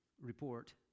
report